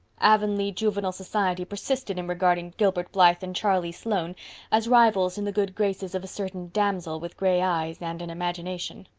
avonlea juvenile society persisted in regarding gilbert blythe and charlie sloane as rivals in the good graces of a certain damsel with gray eyes and an imagination.